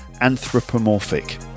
Anthropomorphic